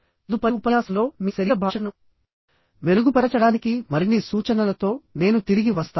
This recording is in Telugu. తదుపరి ఉపన్యాసంలో మీ శరీర భాషను మెరుగుపరచడానికి మరిన్ని సూచనలతో నేను తిరిగి వస్తాను